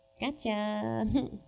Gotcha